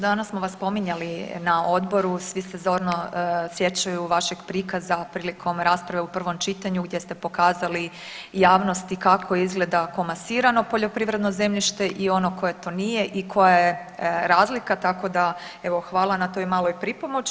Danas smo vas spominjali na odboru, svi se zorno sjećaju vašeg prikaza prilikom rasprave u prvom čitanju gdje ste pokazali javnosti kako izgleda komasirano poljoprivredno zemljište i ono koje to nije i koja je razlika, tako da evo hvala na toj maloj pripomoći.